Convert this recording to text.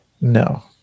No